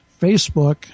Facebook